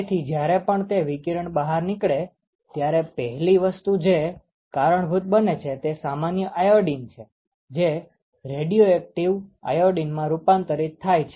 તેથી જયારે પણ તે વિકિરણ બહાર નીકળે ત્યારે પહેલી વસ્તુ જે કારણભૂત બને છે તે સામાન્ય આયોડીન છે જે રેડિયોએક્ટીવ આયોડીનમાં રૂપાંતરિત થાય છે